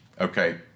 Okay